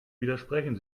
widersprechen